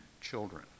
children